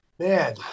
Man